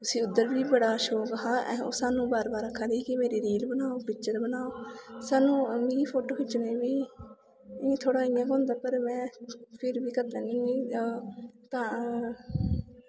उस्सी उद्धर बी बड़ा शौंक हा सानूं बार बार आखा दी ही कि रील बनाओ पिक्चर बनाओ सानूं मिगी फोटो खिच्चने गी बी इ'यां थोह्ड़ा इ'यां पौंदा पर फिर बी तां